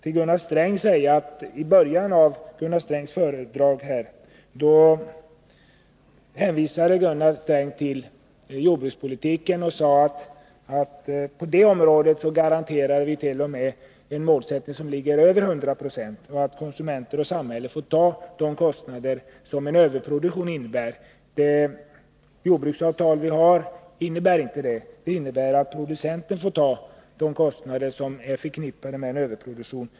I början av sitt anförande hänvisade Gunnar Sträng till jordbrukspolitiken och sade att vi på det området garanterar en målsättning, som t.o.m. ligger över 100 96, och att konsumenterna och samhället får ta de kostnader som en överproduktion innebär. Jordbruksavtalet är inte konstruerat så. Avtalet innebär att producenterna får ta de kostnader som är förknippade med en överproduktion.